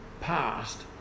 past